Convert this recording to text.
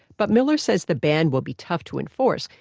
but miller said the ban will be tough to enforce.